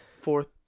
fourth